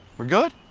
we're good?